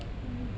mm